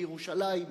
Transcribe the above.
בירושלים,